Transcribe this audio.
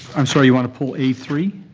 i'm sorry, you want to pull a three?